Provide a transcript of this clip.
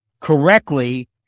correctly